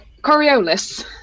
Coriolis